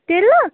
تِلہٕ